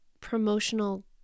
promotional